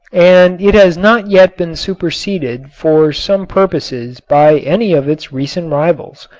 and it has not yet been superseded for some purposes by any of its recent rivals,